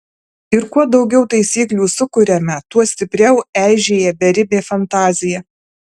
ir kuo daugiau taisyklių sukuriame tuo stipriau eižėja beribė fantazija